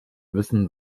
wissen